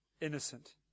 innocent